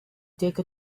take